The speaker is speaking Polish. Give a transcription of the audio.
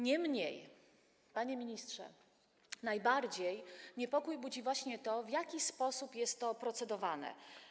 Niemniej, panie ministrze, największy niepokój budzi właśnie to, w jaki sposób jest to procedowane.